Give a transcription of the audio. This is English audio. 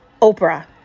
oprah